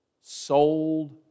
sold